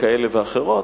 כאלה ואחרות.